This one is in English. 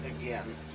again